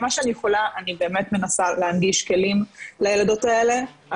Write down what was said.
מה שאני יכולה אני באמת מנסה להגיש כלים לילדות האלה,